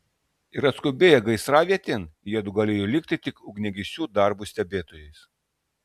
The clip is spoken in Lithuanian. ir atskubėję gaisravietėn jiedu galėjo likti tik ugniagesių darbo stebėtojais